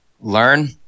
Learn